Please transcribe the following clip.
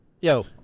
Yo